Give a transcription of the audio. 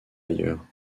ailleurs